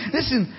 Listen